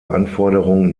anforderung